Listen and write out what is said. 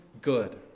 good